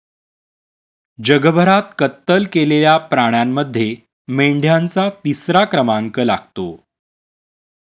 जगभरात कत्तल केलेल्या प्राण्यांमध्ये मेंढ्यांचा तिसरा क्रमांक लागतो